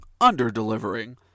under-delivering